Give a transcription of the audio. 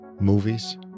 movies